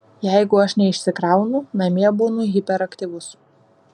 jeigu aš neišsikraunu namie būnu hiperaktyvus